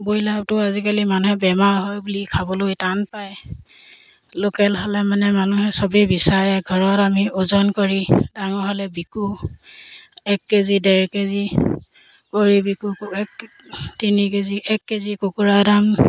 ব্ৰইলাৰটো আজিকালি মানুহে বেমাৰ হয় বুলি খাবলৈ টান পায় লোকেল হ'লে মানে মানুহে চবেই বিচাৰে ঘৰত আমি ওজন কৰি ডাঙৰ হ'লে বিকো এক কেজি ডেৰ কেজি কৰি বিকো এক তিনি কেজি এক কেজি কুকুৰাৰ দাম